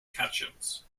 cations